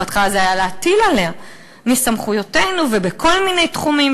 בהתחלה זה היה להטיל עליה מסמכויותינו ובכל מיני תחומים.